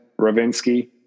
Ravinsky